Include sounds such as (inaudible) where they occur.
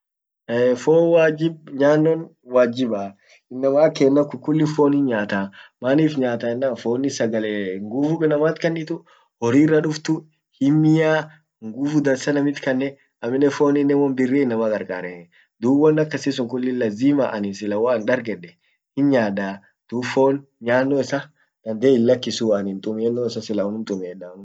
(hesitation) wajjib nyaanon wajjibaa inamma ak kennan kunkullin fonn hin nyattaa, manif nyataa enan fonnin sagalle (hesitation) nguvu innamat kannitu, horrirra duftu ,himmiyaa, nguvu dansa nammit kanne, amminen fonnin won birri inamma qarqarree, dub won akassissun kullin lazima annin silla waan darged hin nyadda. nnyanno issa dandee hinlakissuu annin tumieno issasun sila unnum tumieda (unintelligible)